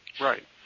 Right